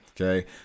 okay